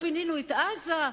לא פינינו את עזה.